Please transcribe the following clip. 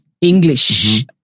English